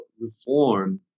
reform